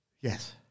Yes